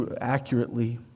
accurately